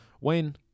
Wayne